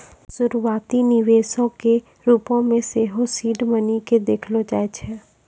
शुरुआती निवेशो के रुपो मे सेहो सीड मनी के देखलो जाय छै